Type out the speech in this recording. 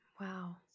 Wow